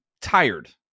tired